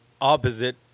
opposite